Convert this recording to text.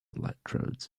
electrodes